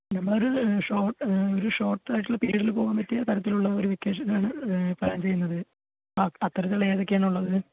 നമ്മൾ ഒരു ഒരു ഷോട്ട് ആയിട്ടുള്ള പിരിഡിൽ പോവാൻ പറ്റിയ തരത്തിലുള്ള ഒരു വെക്കെഷനാണ് പ്ലാൻ ചെയ്യുന്നത് അത്തരത്തിലുള്ള ഏതൊക്കെയാണ് ഉള്ളത്